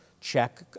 check